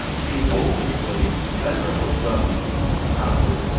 behold those venerable domes and towers,